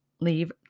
leave